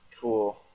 cool